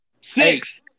Six